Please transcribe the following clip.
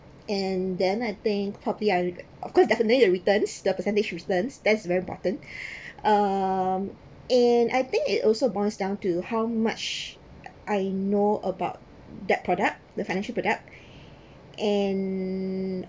and then I think properly I of course definitely the returns the percentage returns that's very important um and I think it also boils down to how much I know about that product the financial product and